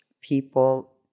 people